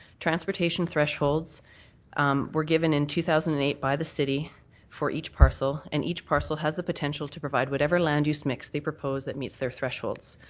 transportation thresholds were given in two thousand and eight by the city for each parcel and each parcel has the potential to provide whatever land use mix they propose that meets their thresholds.